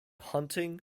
hunting